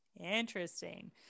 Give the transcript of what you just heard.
Interesting